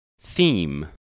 Theme